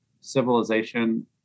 civilization